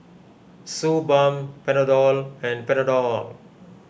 Suu Balm Panadol and Panadol